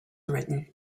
written